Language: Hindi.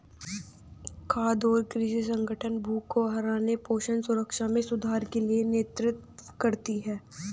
खाद्य और कृषि संगठन भूख को हराने पोषण सुरक्षा में सुधार के लिए नेतृत्व करती है